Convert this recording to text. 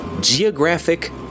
geographic